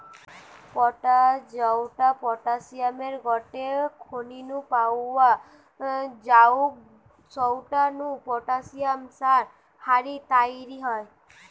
potash জউটা পটাশিয়ামের গটে খনি নু পাওয়া জউগ সউটা নু পটাশিয়াম সার হারি তইরি হয়